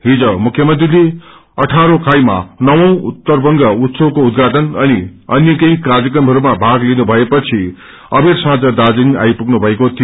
हिज मुख्यमन्त्रीले अठारोखाईमा नवौँ उत्तर बंग उत्तसवको उद्याटन अनि अन्य केही कार्यक्रमहरूमा भाग तिनु भएपछि अबेर साँझ दार्जीलिङ आइप्मन्न भएको थियो